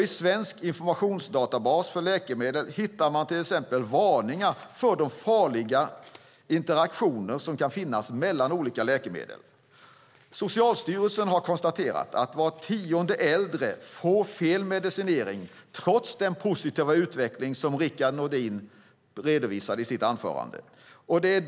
I svensk informationsdatabas för läkemedel hittar man till exempel varningar för farliga interaktioner som kan finnas mellan olika läkemedel. Socialstyrelsen har konstaterat att var tionde äldre får fel medicinering, trots den positiva utveckling som Rickard Nordin redovisade i sitt anförande.